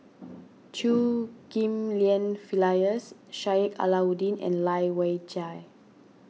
Chew Ghim Lian Phyllis Sheik Alau'ddin and Lai Weijie